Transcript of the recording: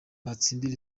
batsindira